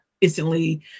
instantly